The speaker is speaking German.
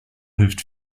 hilft